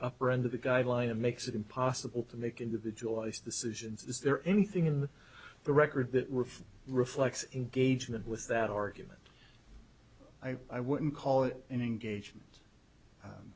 upper end of the guideline it makes it impossible to make individual eyes the solution is there anything in the record that we're reflects engagement with that argument i i wouldn't call it an engagement